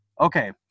Okay